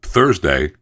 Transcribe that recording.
Thursday